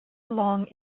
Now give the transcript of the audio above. along